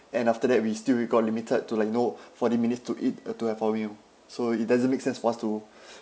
and after that we still we got limited to like you know forty minutes to eat uh to have four meal so it doesn't make sense for us to